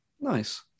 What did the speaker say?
Nice